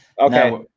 Okay